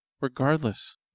Regardless